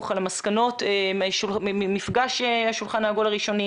לגבי המסקנות ממפגש השולחן העגול הראשוני,